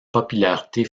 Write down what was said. popularité